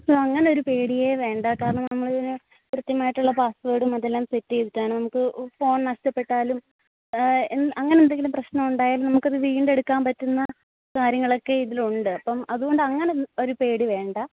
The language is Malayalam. അങ്ങനെ ഒരു പേടിയേ വേണ്ട കാരണം നമ്മൾ ഇതിന് കൃത്യമായിട്ടുള്ള പാസ്വേർഡും അതെല്ലാം സെറ്റ് ചെയ്തിട്ടാണ് നമുക്ക് ഫോൺ നഷ്ടപ്പെട്ടാലും എൻ അങ്ങനെ എന്തെങ്കിലും പ്രശ്നം ഉണ്ടായാലും നമുക്കത് വീണ്ടെടുക്കാൻ പറ്റുന്ന കാര്യങ്ങളൊക്കെ ഇതിലുണ്ട് അപ്പം അതുകൊണ്ട് അങ്ങനെ ഒരു പേടി വേണ്ട